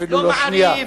לא "מעריב",